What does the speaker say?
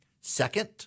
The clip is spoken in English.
Second